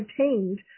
obtained